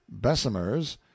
bessemers